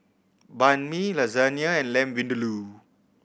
Banh Mi Lasagne and Lamb Vindaloo